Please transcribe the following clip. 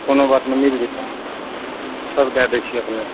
कोनो बात नहि मिल जेतै सब दए दै छी अपनेके